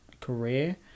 career